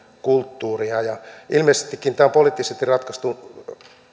kulttuuria ilmeisestikin tämä on poliittisesti ratkaistu